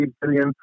billion